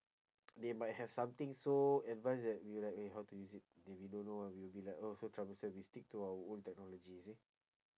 they might have something so advance that we like eh how to use it then we don't know ah we'll be like oh so troublesome we stick to our old technology you see